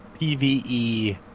PvE